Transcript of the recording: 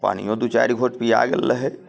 पानिओ दू चारि घोँट पिया गेल रहए